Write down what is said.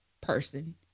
person